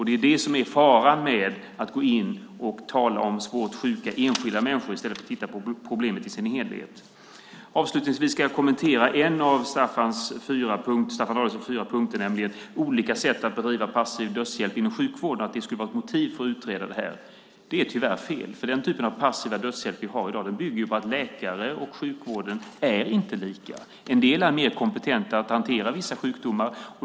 Det är det som är faran med att gå in och tala om svårt sjuka enskilda människor i stället för att titta på problemet i sin helhet. Avslutningsvis ska jag kommentera en av Staffan Danielssons fyra punkter, nämligen att olika sätt att bedriva passiv dödshjälp inom sjukvården skulle vara ett motiv för att utreda det här. Det är tyvärr fel, för den typ av passiv dödshjälp som vi har i dag bygger på att läkare och sjukvård inte är lika. En del är mer kompetenta att hantera vissa sjukdomar.